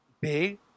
big